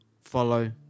follow